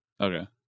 Okay